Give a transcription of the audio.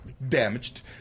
damaged